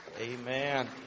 Amen